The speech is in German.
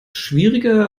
schwieriger